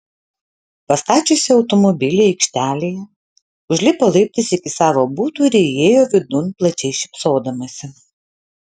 pastačiusi automobilį aikštelėje užlipo laiptais iki savo buto ir įėjo vidun plačiai šypsodamasi